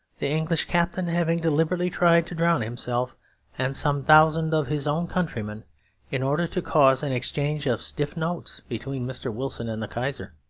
the english captain having deliberately tried to drown himself and some thousand of his own countrymen in order to cause an exchange of stiff notes between mr. wilson and the kaiser.